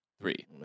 three